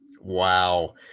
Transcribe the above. Wow